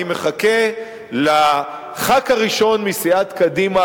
אני מחכה לחבר הכנסת הראשון מסיעת קדימה